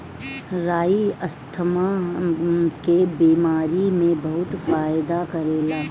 राई asthma के बेमारी में बहुते फायदा करेला